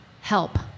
help